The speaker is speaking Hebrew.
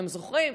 אתם זוכרים?